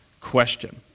question